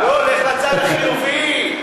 לך לצד החיובי.